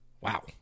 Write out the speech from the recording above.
Wow